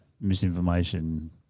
misinformation